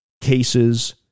cases